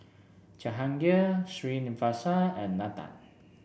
Jahangir Srinivasa and Nathan